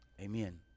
Amen